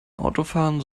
autofahren